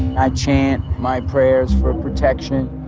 i chant my prayers for protection